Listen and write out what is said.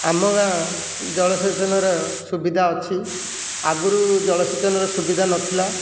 ଆମ ଗାଁ ଜଳସେଚନର ସୁବିଧା ଅଛି ଆଗରୁ ଜଳସେଚନର ସୁବିଧା ନ ଥିଲା